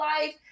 life